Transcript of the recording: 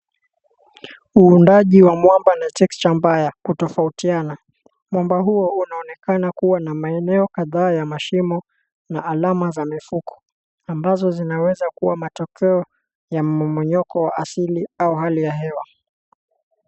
Uundaji wa mwamba na texture mbaya kutofautiana. Mwamba huo unaonekana kuwa na maeneo kadhaa ya mashimo na alama za mifuko ambazo zinaweza kuwa matokeo ya mmomonyoko wa asili au hali ya hewa.